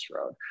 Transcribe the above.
road